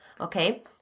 okay